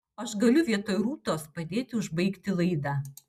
aš galiu vietoj rūtos padėti užbaigti laidą